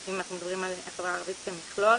אם אנחנו מדברים על החברה הערבית כמכלול.